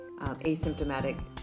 asymptomatic